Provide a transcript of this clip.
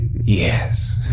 Yes